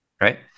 right